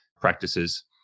practices